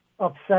upset